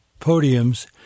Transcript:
podiums